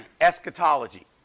Eschatology